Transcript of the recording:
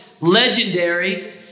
Legendary